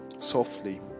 softly